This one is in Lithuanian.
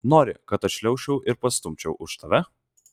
nori kad atšliaužčiau ir pastumčiau už tave